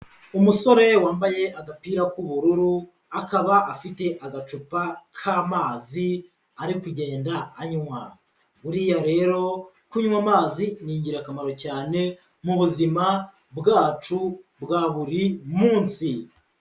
Umusore wambaye agapira k'ubururu, akaba afite agacupa k'amazi arimo kugenda anywa, buriya rero kunywa amazi ni ingirakamaro cyane mu buzima bwacu bwa buri munsi.